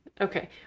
Okay